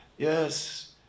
Yes